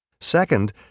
Second